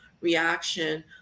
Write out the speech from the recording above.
reaction